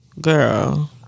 girl